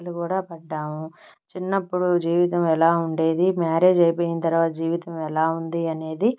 సమస్యలు కూడా పడ్డాము చిన్నప్పుడు జీవితం ఎలా ఉండేది మ్యారేజ్ అయిపోయిన తర్వాత జీవితం ఎలా ఉంది అనేది